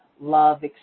love